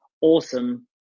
Awesome